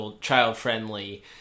child-friendly